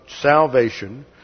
salvation